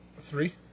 Three